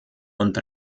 und